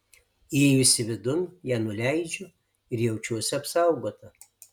įėjusi vidun ją nuleidžiu ir jaučiuosi apsaugota